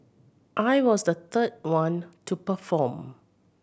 I was the third one to perform